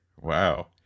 wow